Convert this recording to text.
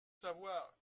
savoir